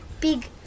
big